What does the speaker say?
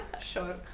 Sure